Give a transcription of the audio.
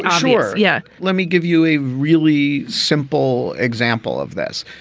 sure. yeah let me give you a really simple example of this.